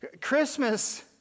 Christmas